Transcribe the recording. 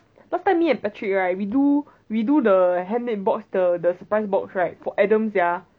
last time me and patrick right we do we do the handmade box the surprise box right for adams sia